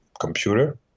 computer